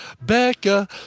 Becca